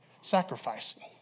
sacrificing